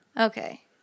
Okay